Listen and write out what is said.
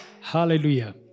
Hallelujah